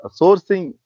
sourcing